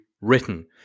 written